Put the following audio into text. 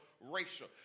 racial